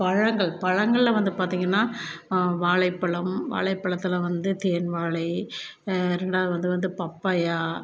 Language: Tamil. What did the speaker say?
பழங்கள் பழங்களில் வந்து பார்த்தீங்கன்னா வாழைப்பழம் வாழைப்பழத்தில் வந்து தேன் வாழை ரெண்டாவது வந்து வந்து பப்பாயா